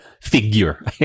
figure